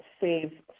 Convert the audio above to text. save